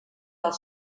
del